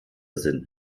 sind